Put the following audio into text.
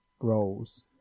roles